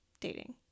dating